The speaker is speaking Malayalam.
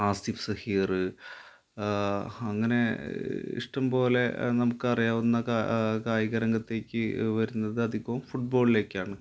ആസിഫ് സഹീര് അങ്ങനെ ഇഷ്ടംപോലെ നമുക്കറിയാവുന്ന കായിക രംഗത്തേക്ക് വരുന്നതധികവും ഫുട്ബോളിലേക്കാണ്